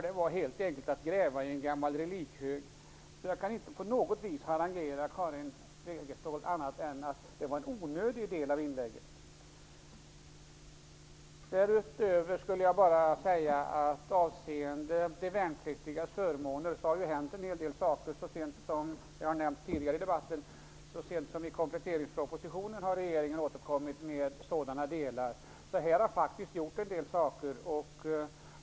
Det var helt enkelt att gräva i en gammal relikhög. Jag kan inte harangera Karin Wegestål på annat vis än att säga att det var en onödig del av inlägget. När det gäller de värnpliktigas förmåner har det hänt en hel del saker. Så sent som i kompletteringpropositionen -- det nämndes tidigare i debatten -- har regeringen återkommit med förslag.